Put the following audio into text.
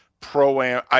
Pro-Am